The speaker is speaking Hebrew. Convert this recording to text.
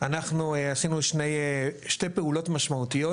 אז אנחנו עשינו שתי פעולות משמעותיות,